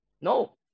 No